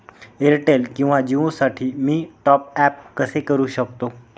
Airtel किंवा जिओसाठी मी टॉप ॲप कसे करु शकतो?